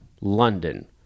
London